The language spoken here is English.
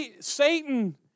Satan